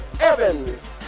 Evans